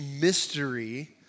mystery